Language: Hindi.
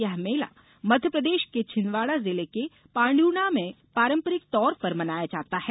यह मेला मध्यप्रदेश के छिंदवाड़ा जिले के पांदर्णा में पारंपरिक तौर पर मनाया जाता है